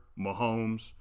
Mahomes